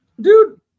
dude